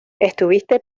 estuviste